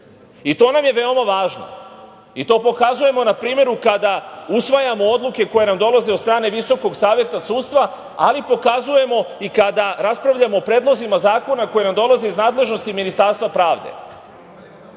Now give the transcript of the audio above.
To nam je veoma važno i to pokazujemo na primeru kada usvajamo odluke koje nam dolaze od strane Visokog saveta sudstva, ali pokazujemo i kada raspravljamo o predlozima zakona koji nam dolaze iz nadležnosti Ministarstva pravde. Ja